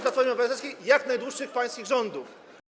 Platformie Obywatelskiej jak najdłuższych pańskich rządów.